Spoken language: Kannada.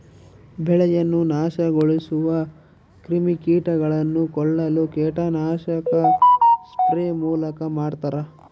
ಬೆಳೆಯನ್ನು ನಾಶಗೊಳಿಸುವ ಕ್ರಿಮಿಕೀಟಗಳನ್ನು ಕೊಲ್ಲಲು ಕೀಟನಾಶಕ ಸ್ಪ್ರೇ ಮೂಲಕ ಮಾಡ್ತಾರ